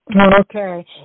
Okay